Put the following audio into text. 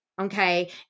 Okay